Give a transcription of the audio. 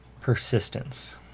persistence